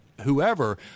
whoever